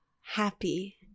happy